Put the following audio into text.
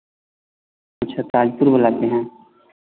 अच्छा ताजपुर बुलाते हैं